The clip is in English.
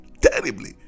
terribly